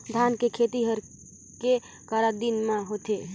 धान के खेती हर के करा दिन म होथे?